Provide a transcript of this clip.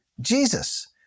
Jesus